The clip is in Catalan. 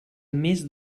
més